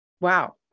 wow